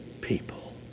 people